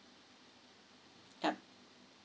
yup